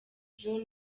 joe